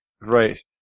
Right